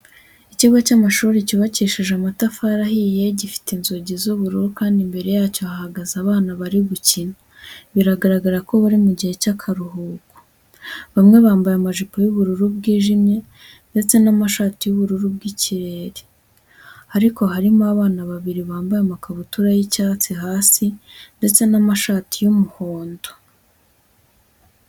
Ikigo cy'amashuri cyubakishije amatafari ahiye, gifite inzugi z'ubururu kandi imbere yacyo hahagaze abana bari gukina, biragaragara ko bari mu gihe cy'akaruhuko. Bamwe bambaye amajipo y'ubururu bwijimye ndetse n'amashati y'ubururu bw'ikirere ariko harimo abana babiri bambaye amakabutura y'icyatsi hasi ndetse n'amashati y'umuhondo.